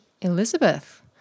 Elizabeth